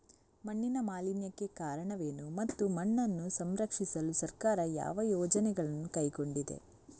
ಮಣ್ಣಿನ ಮಾಲಿನ್ಯಕ್ಕೆ ಕಾರಣವೇನು ಮತ್ತು ಮಣ್ಣನ್ನು ಸಂರಕ್ಷಿಸಲು ಸರ್ಕಾರ ಯಾವ ಯೋಜನೆಗಳನ್ನು ಕೈಗೊಂಡಿದೆ?